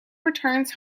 returns